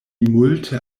multe